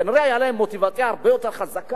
כנראה היתה להם מוטיבציה הרבה יותר חזקה,